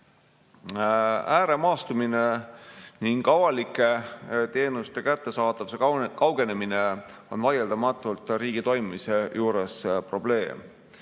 Ääremaastumine ning avalike teenuste kättesaadavuse kaugenemine on vaieldamatult riigi toimimise juures probleem.